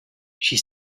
she